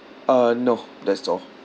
uh no that's all